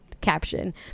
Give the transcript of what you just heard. caption